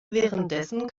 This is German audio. währenddessen